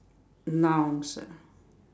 nouns ah